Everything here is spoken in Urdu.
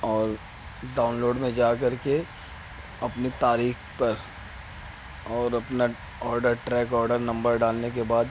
اور ڈاؤن لوڈ میں جا کر کے اپنی تاریخ پر اور اپنا آڈر ٹریک آرڈر نمبر ڈالنے کے بعد